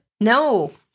No